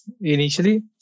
initially